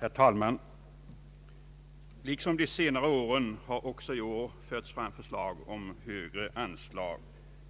Herr talman! Liksom de senare åren har också i år förts fram förslag om högre anslag